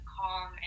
calm